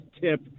tip